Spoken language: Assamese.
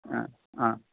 অঁ অঁ